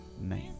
name